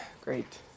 Great